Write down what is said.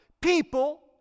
people